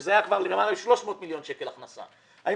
שזה היה כבר למעלה מ-300 מיליון שקלים הכנסה אלא אני